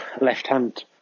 left-hand